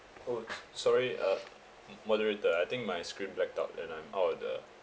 oh sorry uh m~ moderator I think my screen blacked out and I'm out of the